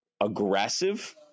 aggressive